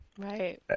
Right